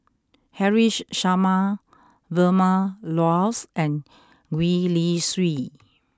Haresh Sharma Vilma Laus and Gwee Li Sui